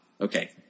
okay